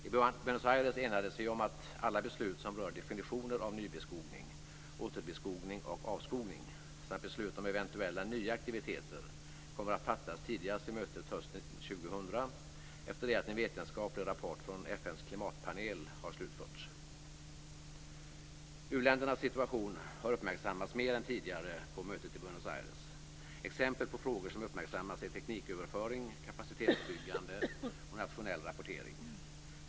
I Buenos Aires enades vi om att alla beslut som rör definitioner om nybeskogning, återbeskogning och avskogning samt beslut om eventuella nya aktiviteter kommer att fattas tidigast vid mötet hösten 2000, efter det att en vetenskaplig rapport från FN:s klimatpanel har slutförts. U-ländernas situation har uppmärksammats mer än tidigare på mötet i Buenos Aires. Exempel på frågor som uppmärksammats är tekniköverföring, kapacitetsutnyttjande och nationell rapportering.